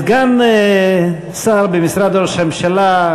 סגן שר במשרד ראש הממשלה,